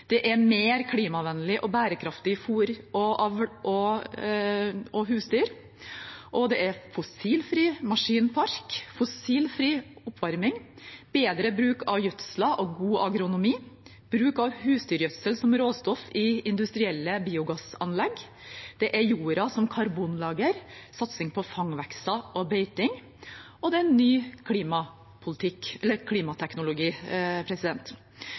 er det mer klimavennlig og bærekraftig fôr, avl og friskere husdyr, det er fossilfri maskinpark og fossilfri oppvarming, bedre bruk av gjødsla og god agronomi, bruk av husdyrgjødsel som råstoff i industrielle biogassanlegg, det er jorda som karbonlager, satsing på fangvekster og beiting, og det er ny